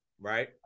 Right